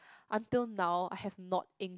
until now I have not ink